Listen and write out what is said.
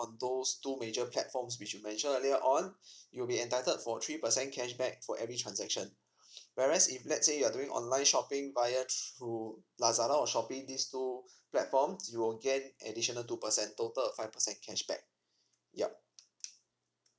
on those two major platforms which we mentioned earlier on you'll be entitled for three percent cashback for every transaction whereas if let's say you are doing online shopping via through lazada or shopee these two platforms you will gain additional two percent total of five percent cashback yup